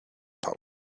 pouch